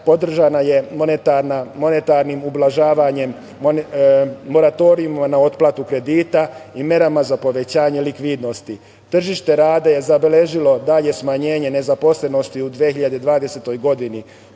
rast kreditiranja, podržana je moratorijumom na otplatu kredita i merama za povećanje likvidnosti.Tržište rada je zabeležilo dalje smanjenje nezaposlenosti u 2020. godini.